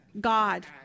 God